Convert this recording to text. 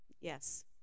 Yes